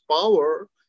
power